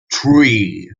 three